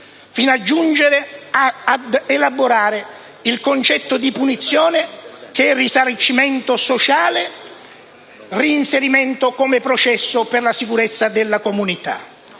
di "Seddaqah": un concetto di punizione che è risarcimento sociale e reinserimento come processo per la sicurezza della comunità.